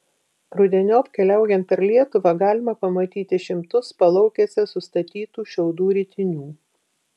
rudeniop keliaujant per lietuvą galima pamatyti šimtus palaukėse sustatytų šiaudų ritinių